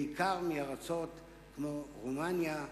בעיקר מארצות כמו רומניה,